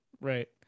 right